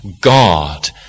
God